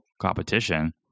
competition